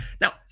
Now